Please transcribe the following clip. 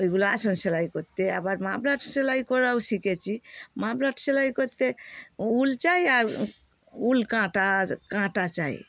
ওইগুলো আসন সেলাই করতে আবার মাফলার সেলাই করাও শিখেছি মাফলার সেলাই করতে উল চাই আর উল কাঁটা কাঁটা চাই